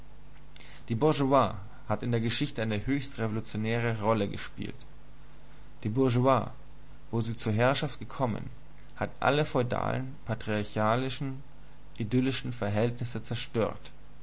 die bourgeoisie hat in der geschichte eine höchst revolutionäre rolle gespielt die bourgeoisie wo sie zur herrschaft gekommen hat alle feudalen patriarchalischen idyllischen verhältnisse zerstört